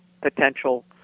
potential